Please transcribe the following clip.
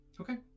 Okay